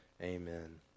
amen